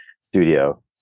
studio